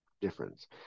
difference